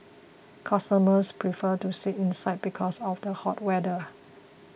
customers prefer to sit inside because of the hot weather